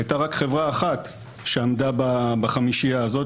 הייתה רק חברה אחת שעמדה בחמישייה הזאת,